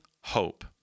hope